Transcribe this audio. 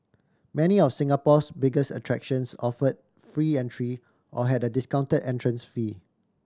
many of Singapore's biggest attractions offer free entry or had a discounted entrance fee